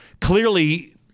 clearly